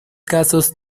casos